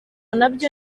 nabyo